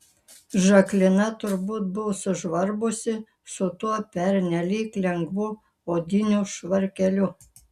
žaklina turbūt buvo sužvarbusi su tuo pernelyg lengvu odiniu švarkeliu